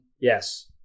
yes